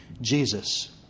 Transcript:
Jesus